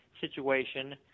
situation